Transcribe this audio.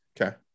Okay